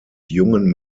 jungen